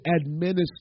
administer